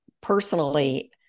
personally